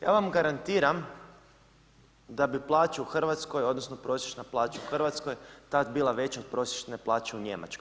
Ja vam garantiram da bi plaće u Hrvatskoj odnosno prosječna plaća u Hrvatskoj tada bila veća od prosječne plaće u Njemačkoj.